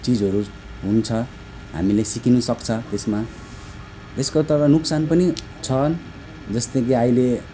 चिजहरू हुन्छ हामीले सिक्न पनि सक्छ त्यसमा यसको तर नोक्सान पनि छ जस्तै कि अहिले